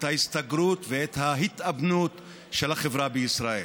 את ההסתגרות ואת ההתאבנות של החברה בישראל.